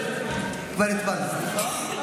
כבר הצבענו.